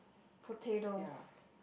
potatoes